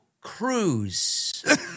Cruz